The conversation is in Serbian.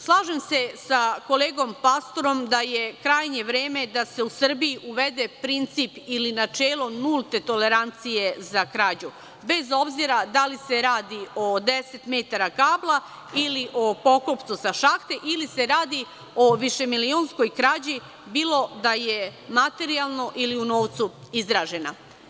Slažem se sa kolegom Pastorom da je krajnje vreme da se u Srbiji uvede princip ili načelo nulte tolerancije za krađu, bez obzira da li se radi o 10 metara kabla ili o poklopcu sa šahte, ili se radi o višemilionskoj krađi, bilo da je materijalno ili u novcu izražena.